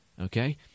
okay